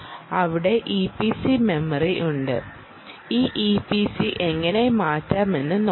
അവിടെ EPC memory ഉണ്ട് ഈ ഇപിസി എങ്ങനെ മാറ്റാമെന്ന് നോക്കാം